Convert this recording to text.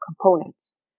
components